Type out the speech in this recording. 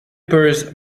purse